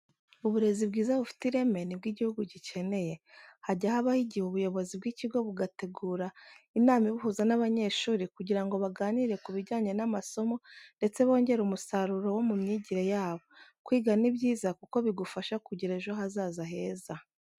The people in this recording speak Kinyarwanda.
Uburezi bwiza kandi bufite ireme ni bwo igihugu gikeneye. Hajya habaho igihe ubuyobozi bw'ikigo bugategura inama ibuhuza n'abanyeshuri kugira ngo baganire ku bijyanye n'amasomo ndetse bongere umusaruro wo mu myigire yabo. Kwiga ni byiza kuko bigufasha kugira ejo hazaza heza.